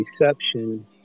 reception